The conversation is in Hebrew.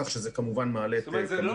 כך שזה כמובן מעלה את כמות המגעים.